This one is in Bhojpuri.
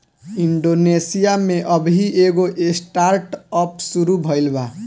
इंडोनेशिया में अबही एगो स्टार्टअप शुरू भईल बा